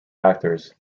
actors